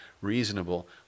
reasonable